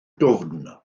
dwfn